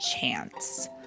chance